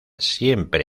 siempre